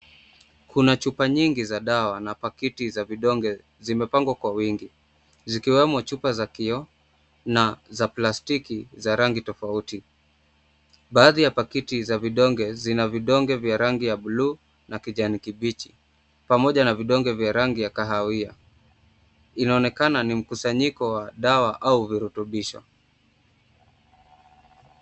Kuna chupa nyingi za dawa na pakiti za vidonge zimepangwa kwa wingi zikiwemo chupa za kioo na za plastiki za rangi tofauti. Baadhi ya pakiti za vidonge zina vidonge vya rangi ya buluu na kijani kibichi pamoja na vidonge vya rangi ya kahawia. Inaonekana ni mkusanyiko wa dawa au virutubisho.